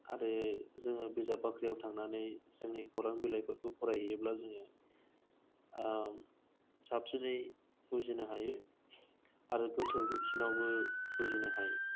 आरो जोङो बिजाब बाख्रिआव थांनानै जोंनि खौरां बिलायफोरखौ फराय हैयोब्ला जोङो साबसिननै बुजिनो हायो आरो गोथौयै सिनावबो बुजिनो हायो